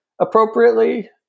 appropriately